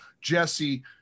jesse